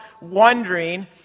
wondering